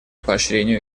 поощрению